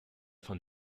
von